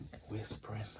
whispering